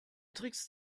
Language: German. tricks